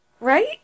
Right